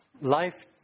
Life